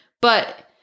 But-